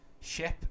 ship